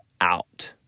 out